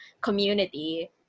community